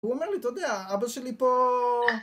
הוא אומר לי, אתה יודע, אבא שלי פה...